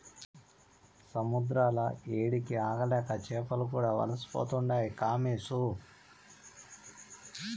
సముద్రాల ఏడికి ఆగలేక చేపలు కూడా వలసపోతుండాయి కామోసు